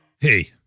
Hey